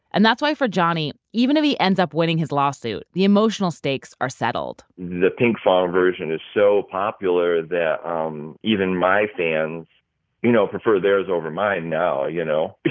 and that's why for johnny, even if he ends up winning his lawsuit, the emotional stakes are settled the pinkfong version is so popular that um even my fans you know prefer theirs over mine now, you know